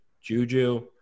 Juju